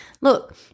Look